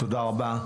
תודה רבה.